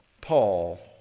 Paul